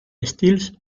estils